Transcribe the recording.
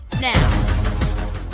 now